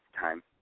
time